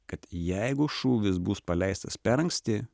kad jeigu šūvis bus paleistas per anksti